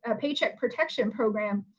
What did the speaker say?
ah paycheck protection program.